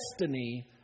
destiny